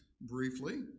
briefly